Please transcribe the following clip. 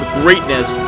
greatness